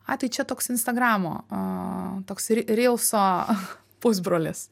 a tai čia toks instagramo toks ri rylso pusbrolis